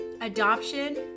adoption